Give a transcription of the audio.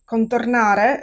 contornare